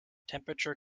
temperature